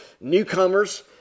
newcomers